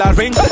ring